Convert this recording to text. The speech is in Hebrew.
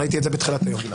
ראיתי את זה בתחילת היום.